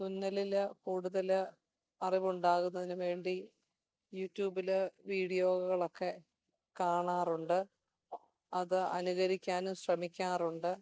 തുന്നലിൽ കൂട്തല് അറിവുണ്ടാകുന്നതിന് വേണ്ടി യൂട്യൂബിൽ വീഡിയോകളൊക്കെ കാണാറുണ്ട് അത് അനുകരിക്കാനും ശ്രമിക്കാറുണ്ട്